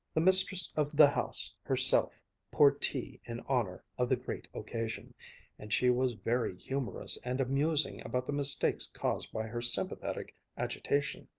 the mistress of the house herself poured tea in honor of the great occasion and she was very humorous and amusing about the mistakes caused by her sympathetic agitation.